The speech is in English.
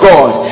God